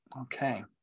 Okay